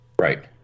right